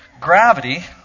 gravity